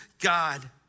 God